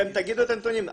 אתם תגידו את הנתונים.